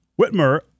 Whitmer